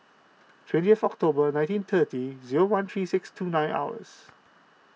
twentieth October nineteen thirty zero one three six two nine hours